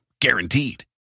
Guaranteed